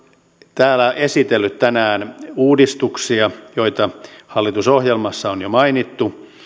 täällä esitellyt tänään uudistuksia joita hallitusohjelmassa on jo mainittu